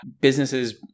businesses